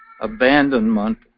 abandonment